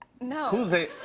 no